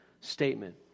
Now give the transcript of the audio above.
statement